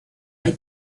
hay